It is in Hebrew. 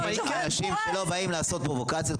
אנשים לא באים לעשות פרובוקציות,